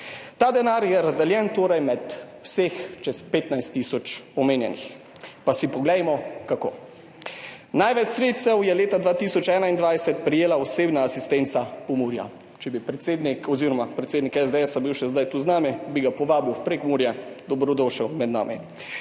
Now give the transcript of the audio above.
Ta denar je razdeljen med vseh čez 15 tisoč omenjenih. Pa si poglejmo, kako. Največ sredstev je leta 2021 prejela Osebna asistenca Pomurja. Če bi predsednik SDS bil še zdaj tu z nami, bi ga povabil v Prekmurje, dobrodošel med nami.